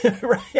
Right